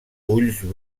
ulls